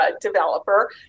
developer